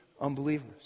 unbelievers